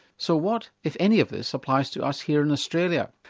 so what if any of this applies to us here in australia?